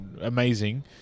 amazing